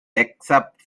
except